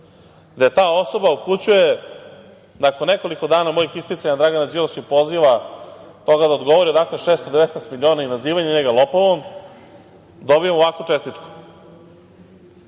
gde ta osoba upućuje nakon nekoliko dana mojih isticanja Dragana Đilasa i poziva toga da odgovori odakle 619 miliona i nazivanje njega lopovom, da dobijemo ovakvu čestitku,